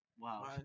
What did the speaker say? Wow